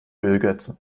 ölgötzen